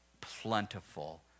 plentiful